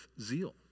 zeal